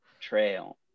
Trail